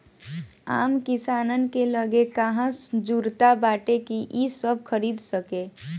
आम किसानन के लगे कहां जुरता बाटे कि इ सब खरीद सके